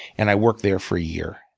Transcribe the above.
and i worked there for a year.